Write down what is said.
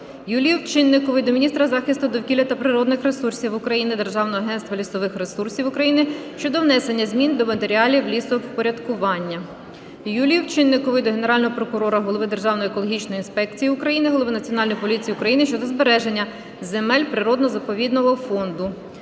Юлії Овчинникової до міністра захисту довкілля та природних ресурсів України, Державного агентства лісових ресурсів України щодо внесення змін до матеріалів лісовпорядкування. Юлії Овчинникової до Генерального прокурора, голови Державної екологічної інспекції України, голови Національної поліції України щодо збереження земель природно-заповідного фонду.